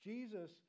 Jesus